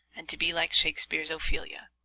and to be like shakespeare's ophelia.